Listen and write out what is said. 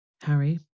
Harry